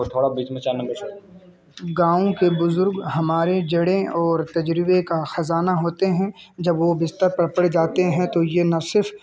تھوڑا بیچ میں گاؤں کے بزرگ ہمارے جڑیں اور تجربے کا خزانہ ہوتے ہیں جب وہ بستر پر پڑ جاتے ہیں تو یہ نہ صرف